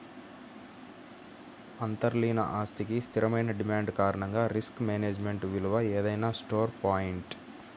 అంతర్లీన ఆస్తికి స్థిరమైన డిమాండ్ కారణంగా రిస్క్ మేనేజ్మెంట్ విలువ ఏదైనా స్టోర్ పాయింట్